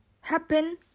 happen